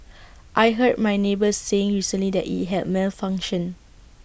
I heard my neighbour saying recently that IT had malfunctioned